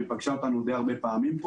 והיא פגשה אותנו די הרבה פעמים.